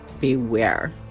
beware